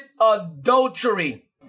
adultery